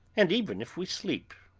and even if we sleep.